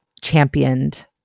championed